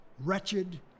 Wretched